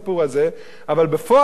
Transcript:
אבל בפועל ולמעשה,